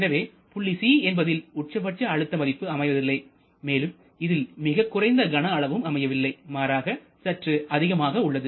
எனவே புள்ளி c என்பதில் உச்சபட்ச அழுத்த மதிப்பு அமைவதில்லை மேலும் இதில் மிகக் குறைந்த கனஅளவும் அமையவில்லை மாறாக சற்று அதிகமாக உள்ளது